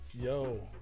Yo